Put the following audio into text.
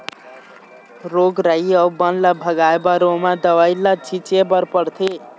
रोग राई अउ बन ल भगाए बर ओमा दवई ल छिंचे बर परथे